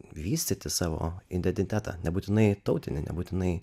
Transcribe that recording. vystyti savo identitetą nebūtinai tautinį nebūtinai